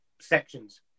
sections